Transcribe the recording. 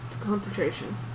concentration